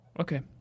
Okay